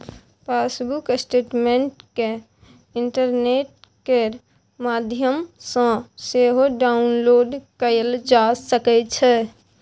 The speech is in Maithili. पासबुक स्टेटमेंट केँ इंटरनेट केर माध्यमसँ सेहो डाउनलोड कएल जा सकै छै